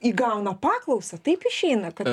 įgauna paklausą taip išeina kad